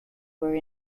were